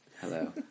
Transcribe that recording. Hello